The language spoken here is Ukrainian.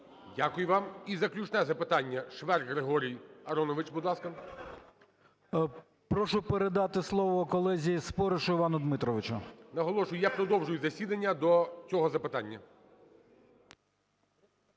Дякую вам. І заключне запитання. Шверк Григорій Аронович, будь ласка. 12:02:26 ШВЕРК Г.А. Прошу передати слово колезі Споришу Івану Дмитровичу. ГОЛОВУЮЧИЙ. Наголошую, я продовжую засідання до цього запитання.